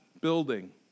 building